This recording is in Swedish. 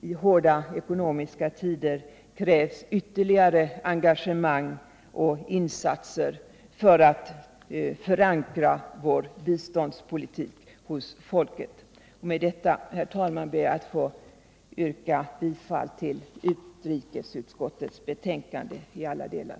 I ekonomiskt hårda tider krävs ytterligare engagemang och insatser för att förankra vår biståndpolitik hos folket. Med detta, herr talman, ber jag att få yrka bifall till utrikesutskottets hemställan i alla delar.